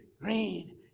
green